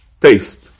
taste